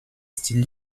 style